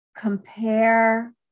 compare